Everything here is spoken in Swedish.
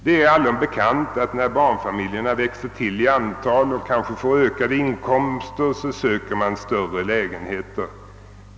Det är allom bekant att barnfamiljerna söker större lägenhet när de växer ut i antal medlemmar och kanske får ökade inkomster.